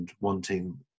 wanting